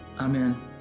Amen